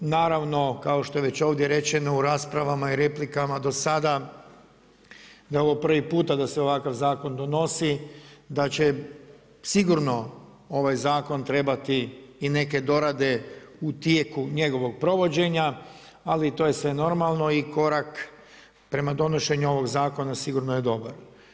Naravno kao što je već ovdje rečeno u raspravama i replikama do sada da je ovo prvi puta da se ovakav zakon donosi, da će sigurno ovaj zakon trebati i neke dorade u tijeku njegovog provođenja, ali to je sve normalno i korak prema donošenju ovog zakona sigurno je dobar.